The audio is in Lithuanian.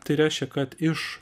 tai reiškia kad iš